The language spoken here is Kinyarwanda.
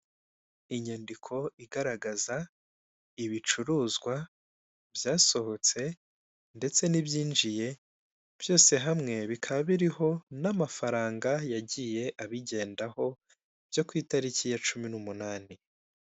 Inyandiko igaragaza ibicuruzwa byasohotse ndetse n'ibyinjiye byose hamwe, bikaba biriho n'amafaranga yagiye abigendaho byo ku itariki ya cumi n'umunani.